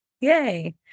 Yay